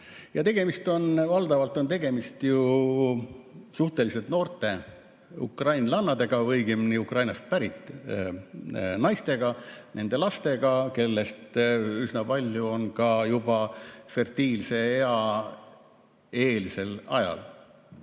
lahku siit. Valdavalt on tegemist suhteliselt noorte ukrainlannadega või õigemini Ukrainast pärit naistega ja nende lastega, kellest üsna paljud on ka juba fertiilse ea eelses